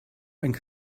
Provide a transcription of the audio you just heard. einen